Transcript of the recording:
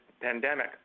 pandemic